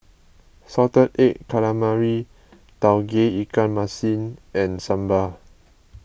Salted Egg Calamari Tauge Ikan Masin and Sambal